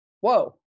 whoa